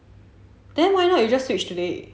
then why not you just switch today